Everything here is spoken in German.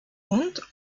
und